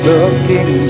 Looking